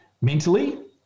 Mentally